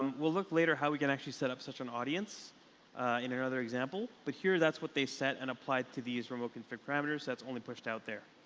we'll look later how we can actually set up such an audience in another example. but here that's what they set and applied to these remote config parameters that's only pushed out there.